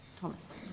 Thomas